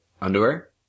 Underwear